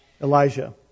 Elijah